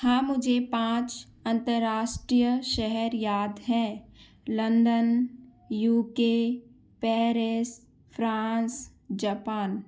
हाँ मुझे पाँच अंतर्राष्ट्रीय शहर याद है लंदन यू के पैरिस फ्रांस जपान